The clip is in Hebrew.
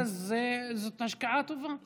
ואז זאת השקעה טובה.